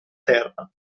terra